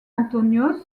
anthonioz